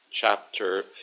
chapter